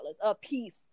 apiece